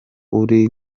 uri